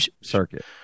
circuit